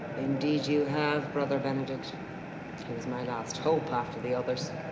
indeed, you have, brother benedict. it was my last hope after the others.